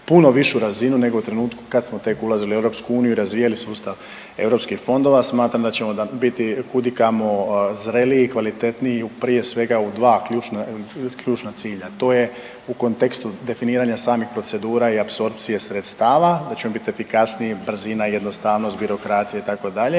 puno višu razinu nego u trenutku kad smo tek ulazili u EU i razvijali sustav EU fondova. Smatram da ćemo biti kudikamo zreliji i kvalitetniji, prije svega u 2 ključna cilja, to je u kontekstu definiranja samih procedura i apsorpcije sredstava, da ćemo biti efikasniji, brzina, jednostavno, birokracija, itd., a